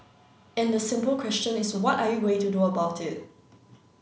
and the simple question is what are you going to do about it